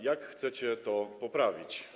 Jak chcecie to poprawić?